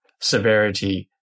severity